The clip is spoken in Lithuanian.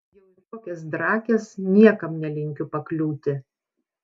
jau į tokias drakes niekam nelinkiu pakliūti